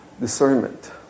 discernment